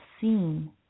seen –